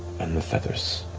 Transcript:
and the feathers